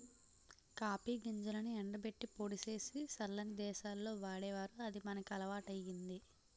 copy గింజలను ఎండబెట్టి పొడి సేసి సల్లని దేశాల్లో వాడేవారు అది మనకి అలవాటయ్యింది